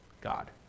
God